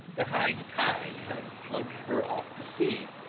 the high tide had floated her off to sea.